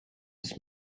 des